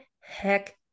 Heck